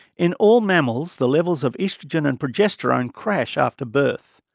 in all mammals, the levels of oestrogen and progesterone crash after birth,